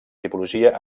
tipologia